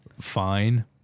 fine